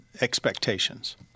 expectations